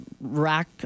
rack